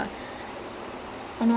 mm okay